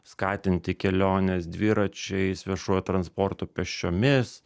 skatinti keliones dviračiais viešuoju transportu pėsčiomis